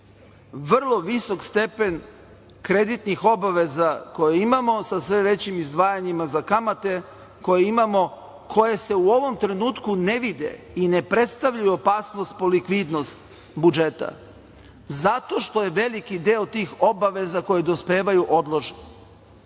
vrlo visok stepen kreditnih obaveza koje imamo, sa sve većim izdvajanjima za kamate koje imamo, koje se u ovom trenutku ne vide i ne predstavljaju opasnost po likvidnost budžeta, zato što je veliki deo tih obaveza koje dospevaju odložen,